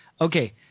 Okay